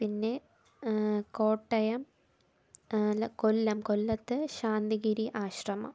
പിന്നെ കോട്ടയം അല്ല കൊല്ലം കൊല്ലത്ത് ശാന്തിഗിരി ആശ്രമം